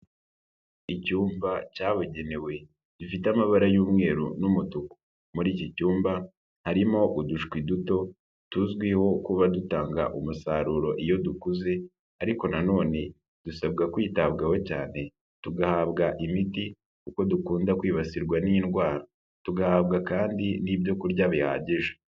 Icyumba cyabugenewe, gifite amabara y'umweru n'umutuku. Muri iki cyumba harimo udushwi duto, tuzwiho kuba dutanga umusaruro iyo dukuze ariko na nonene dusabwa kwitabwaho cyane, tugahabwa imiti kuko dukunda kwibasirwa n'indwara, tugahabwa kandi n'ibyo kurya bihagije.